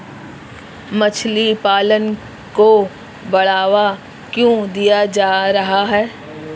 मछली पालन को बढ़ावा क्यों दिया जा रहा है?